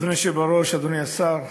אדוני היושב-ראש, אדוני השר,